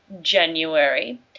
January